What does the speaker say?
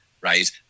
right